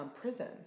prison